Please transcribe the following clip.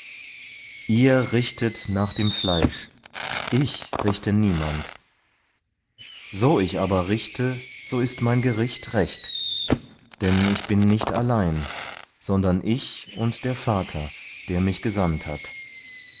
ihr richtet nach dem fleisch ich richte niemand so ich aber richte so ist mein gericht recht denn ich bin nicht allein sondern ich und der vater der mich gesandt hat